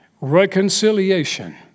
Reconciliation